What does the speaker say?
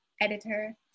editor